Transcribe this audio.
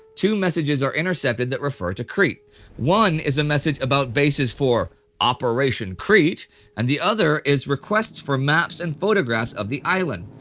two messages are intercepted that refer to crete one is a mention about bases for operation crete and the other is requests for maps and photographs of the island,